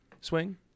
swing